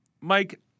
Mike